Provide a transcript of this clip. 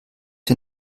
wir